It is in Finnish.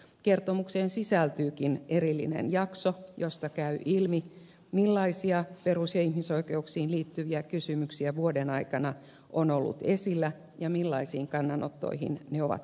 kertomukseen sisältyykin erillinen jakso josta käy ilmi millaisia perus ja ihmisoikeuksiin liittyviä kysymyksiä vuoden aikana on ollut esillä ja millaisiin kannanottoihin ne ovat johtaneet